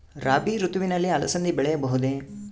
ರಾಭಿ ಋತುವಿನಲ್ಲಿ ಅಲಸಂದಿ ಬೆಳೆಯಬಹುದೆ?